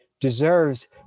deserves